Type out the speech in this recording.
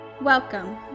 Welcome